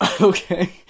Okay